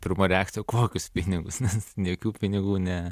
pirma reakcija kokius pinigus nes jokių pinigų ne